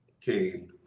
came